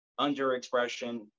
underexpression